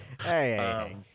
Hey